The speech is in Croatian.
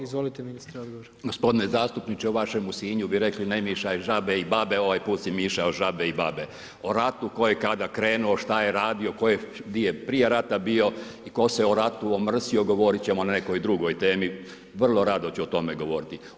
Gospodine zastupniče, u vašemu Sinju bi rekli „ne miješaj i žabe i babe“, ovaj put se miješalo i žabe i babe, o ratu tko je kada krenuo, šta je radio, di je prije rata bio i tko se o ratu omrsio, govorit ćemo na nekoj drugoj temi, vrlo rado ću o tome govoriti.